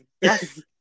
yes